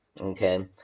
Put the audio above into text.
okay